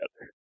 together